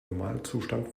normalzustand